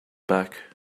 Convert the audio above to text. back